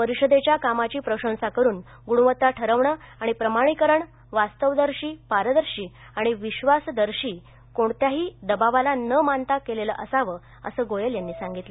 परिषदेच्या कामाची प्रशंसा करुन गुणवत्ता ठरवणं आणि प्रमाणीकरण वास्तवदर्शी पारदर्शी विश्वासदर्शी आणि कोणत्याही दबावाला न मानता केलेलं असावं असं गोयल यांनी सांगितलं